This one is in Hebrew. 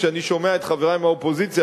כשאני שומע את חברי מהאופוזיציה,